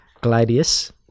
Gladius